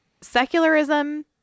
secularism